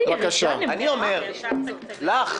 אני אומר לך,